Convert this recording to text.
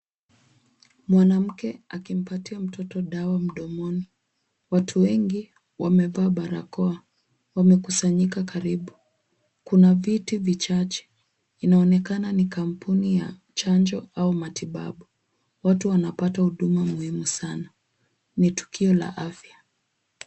Mwanamke akimpatia mtoto dawa mdomoni. Watu wengi wamevaa barakoa. Wamekusanyika karibu. Kuna viti vichache. Inaonekana ni kampuni ya chanjo au matibabu. Watu wanapata huduma muhimu sana. Ni tukio la afya.